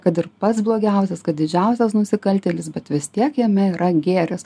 kad ir pats blogiausias kad didžiausias nusikaltėlis bet vis tiek jame yra gėris